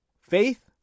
faith